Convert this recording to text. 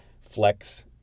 flex